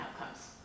outcomes